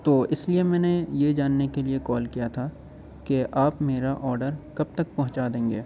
تو اس لیے میں نے یہ جاننے کے لیے کال کیا تھا کہ آپ میرا آرڈر کب تک پہنچا دیں گے